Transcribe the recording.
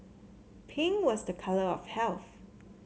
pink was the colour of health